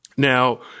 Now